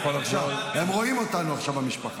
הם רואים אותנו עכשיו, המשפחה.